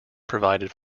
provided